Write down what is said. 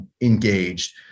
engaged